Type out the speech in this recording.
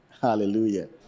Hallelujah